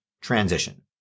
transition